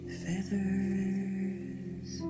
feathers